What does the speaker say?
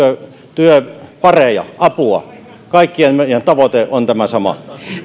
työpareja apua kaikkien meidän tavoite on tämä sama